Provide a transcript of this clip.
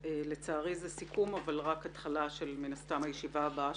לצערי זה סיכום אבל רק התחלה של הישיבה הבאה